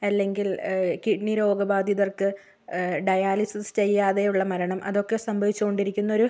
അല്ലെങ്കിൽ കിഡ്നി രോഗ ബാധിതർക്ക് ഡയാലിസിസ് ചെയ്യാതെയുള്ള മരണം അതൊക്കെ സംഭവിച്ചു കൊണ്ടിരിക്കുന്നൊരു